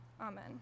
Amen